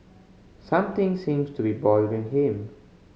something seems to be bothering him